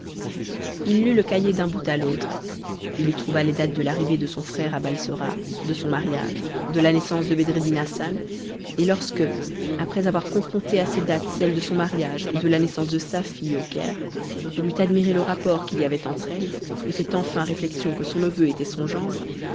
il lut le cahier d'un bout à l'autre il y trouva les dates de l'arrivée de son frère à balsora de son mariage de la naissance de bedreddin hassan et lorsque après avoir confronté à ces dates celles de son mariage et de la naissance de sa fille au caire il eut admiré le rapport qu'il y avait entre elles et fait enfin réflexion que son neveu était son gendre